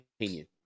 opinion